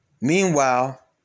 Meanwhile